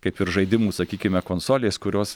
kaip ir žaidimų sakykime konsolės kurios